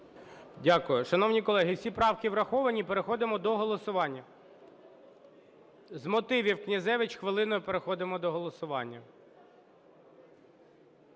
Дякую. Шановні колеги, всі правки враховані, переходимо до голосування. З мотивів - Князевич хвилина. І переходимо до голосування.